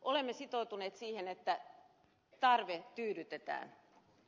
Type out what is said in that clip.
olemme sitoutuneet siihen että tarve tyydytetään